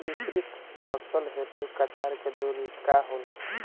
मिश्रित फसल हेतु कतार के दूरी का होला?